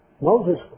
Moses